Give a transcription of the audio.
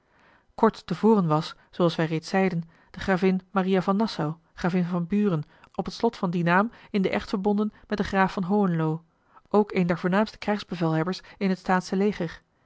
kort te voren was zooals wij reeds zeiden de gravin maria van nassau gravin van buren op het slot van dien naam in den echt verbonden met den graaf van hohenlo ook een der voorname krijgsbevelhebbers in het staatsche leger